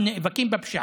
אנחנו נאבקים בפשיעה.